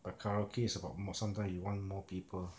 but karaoke is about sometimes you want more people